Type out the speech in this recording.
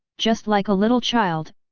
just like a little child,